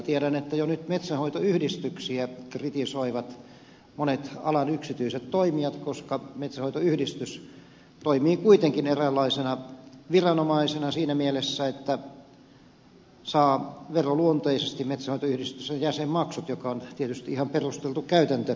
tiedän että jo nyt monet alan yksityiset toimijat kritisoivat metsänhoitoyhdistyksiä koska metsänhoitoyhdistys toimii kuitenkin eräänlaisena viranomaisena siinä mielessä että saa veroluonteisesti metsänhoitoyhdistysten jäsenmaksut mikä on tietysti ihan perusteltu käytäntö ollut